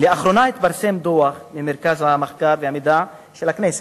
לאחרונה התפרסם דוח של מרכז המחקר והמידע של הכנסת,